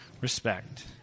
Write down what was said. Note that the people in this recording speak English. Respect